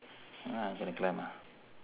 !huh! gotta climb ah